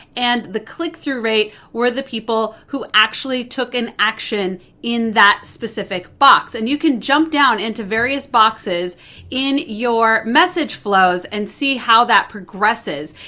and the click-through rate were the people who actually took an action in that specific box. and you can jump down into various boxes in your message flows and see how that progresses.